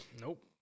Nope